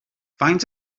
faint